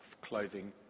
clothing